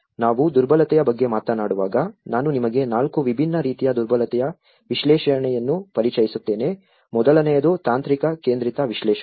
ನಾವು ದುರ್ಬಲತೆಯ ಬಗ್ಗೆ ಮಾತನಾಡುವಾಗ ನಾನು ನಿಮಗೆ ನಾಲ್ಕು ವಿಭಿನ್ನ ರೀತಿಯ ದುರ್ಬಲತೆಯ ವಿಶ್ಲೇಷಣೆಯನ್ನು ಪರಿಚಯಿಸುತ್ತೇನೆ ಮೊದಲನೆಯದು ತಾಂತ್ರಿಕ ಕೇಂದ್ರಿತ ವಿಶ್ಲೇಷಣೆ